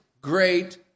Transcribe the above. great